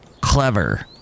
Clever